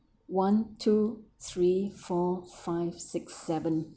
one two three four five six seven